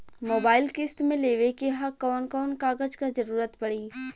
Mobile किस्त मे लेवे के ह कवन कवन कागज क जरुरत पड़ी?